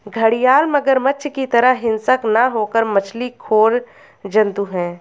घड़ियाल मगरमच्छ की तरह हिंसक न होकर मछली खोर जंतु है